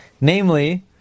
Namely